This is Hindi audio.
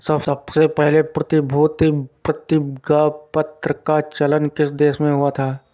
सबसे पहले प्रतिभूति प्रतिज्ञापत्र का चलन किस देश में हुआ था?